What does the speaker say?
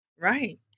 Right